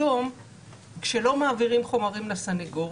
היום כשלא מעבירים חומרים לסנגור,